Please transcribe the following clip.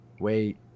wait